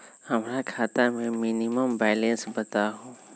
हमरा खाता में मिनिमम बैलेंस बताहु?